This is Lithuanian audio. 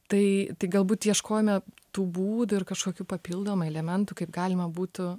tai tai galbūt ieškojome tų būdų ir kažkokių papildomų elementų kaip galima būtų